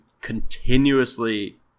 continuously